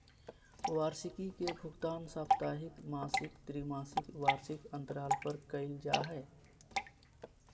वार्षिकी के भुगतान साप्ताहिक, मासिक, त्रिमासिक, वार्षिक अन्तराल पर कइल जा हइ